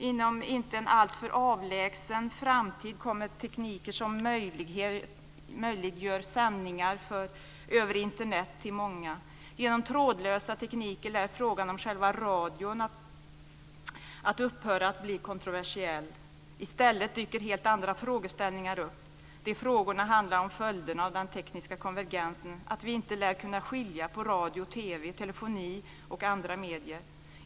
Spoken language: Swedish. Inom en inte alltför avlägsen framtid kommer tekniker som möjliggör sändningar över Internet till många. I och med trådlösa tekniker lär frågan om själva radion upphöra att bli kontroversiell. I stället dyker helt andra frågeställningar upp. De frågorna handlar om följderna av den tekniska konvergensen, att vi inte lär kunna skilja mellan radio, TV, telefoni och andra medier.